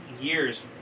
years